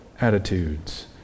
attitudes